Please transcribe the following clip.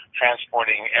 transporting